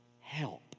help